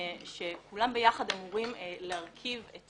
שכולם ביחד אמורים להרכיב את